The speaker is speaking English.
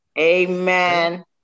Amen